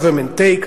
government take,